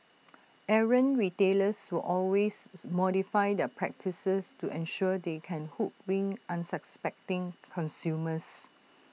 errant retailers will always modify their practices to ensure they can hoodwink unsuspecting consumers